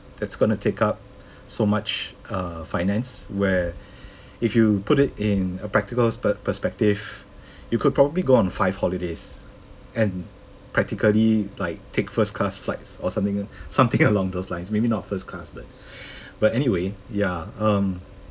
that's gonna take up so much uh finance where if you put it in a practical per~ perspective you could probably go on five holidays and practically like take first class flights or something something along those lines maybe not first class but but anyway ya um